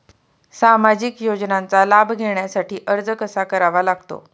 सामाजिक योजनांचा लाभ घेण्यासाठी अर्ज कसा करावा लागतो?